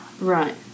Right